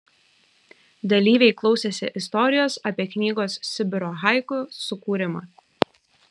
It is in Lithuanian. dalyviai klausėsi istorijos apie knygos sibiro haiku sukūrimą